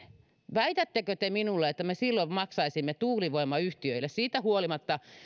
väitättekö te minulle että me silloin maksaisimme tuulivoimayhtiöille siitä huolimatta